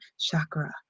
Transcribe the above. chakra